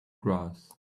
grass